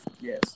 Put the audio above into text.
Yes